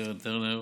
קרן טרנר